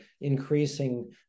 increasing